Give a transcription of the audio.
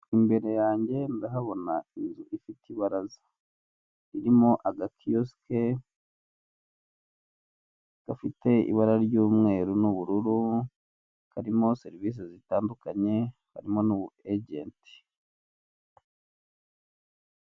Imbere yanjye ndahabona inzu ifite ibaraza, irimo aga kiyosike gafite ibara ry'umweru n'ubururu, karimo serivise zitandukanye, karimo n'ubu ejenti.